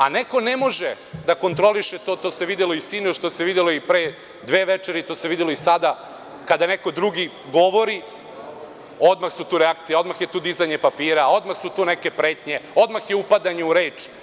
A neko ne može da kontroliše to, to se videlo i sinoć, to se videlo i pre dve večeri, to se videlo i sada kada neko drugi govori, odmah su tu reakcije, odmah je tu dizanje papira, odmah su tu neke pretnje, odmah je upadanje u reč.